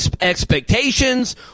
expectations